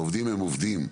העובדים הם עובדים,